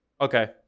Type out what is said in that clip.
Okay